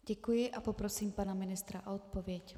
Děkuji a poprosím pana ministra o odpověď.